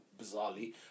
bizarrely